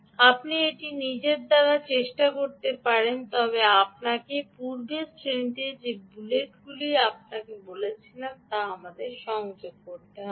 আপনি এটি নিজের দ্বারা চেষ্টা করতে পারেন তবে আপনাকে পূর্বের শ্রেণিতে যে বুলেটটি আমরা বলেছিলাম তা আমাদের সংযোগ করতে হবে